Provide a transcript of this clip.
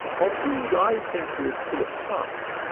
of food i think with philip's son,